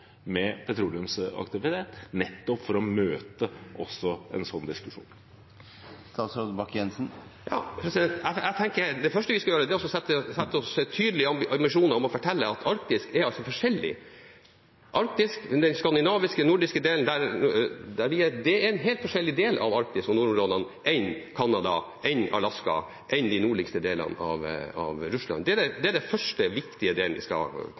med petroleumsaktivitet, nettopp for også å møte en sånn diskusjon. Jeg tenker at det første vi skal gjøre, er å sette oss tydelige ambisjoner om å fortelle at Arktis er forskjellig. Den skandinaviske, nordiske delen av Arktis er en helt forskjellig del av Arktis og nordområdene enn Canada, enn Alaska, enn de nordligste delene av Russland. Det er den første, viktige delen vi skal